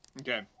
Okay